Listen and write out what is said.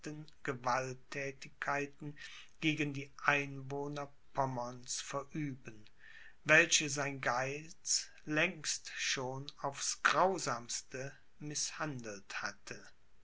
gewalttätigkeiten gegen die einwohner pommerns verüben welche sein geiz längst schon aufs grausamste gemißhandelt hatte